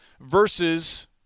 versus